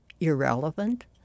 irrelevant